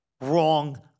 wrong